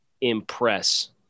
impress